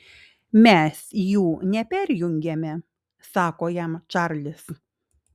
mes jų neperjungiame sako jam čarlis